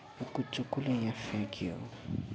यो कुच्चो कसले यहाँ फ्याँक्यो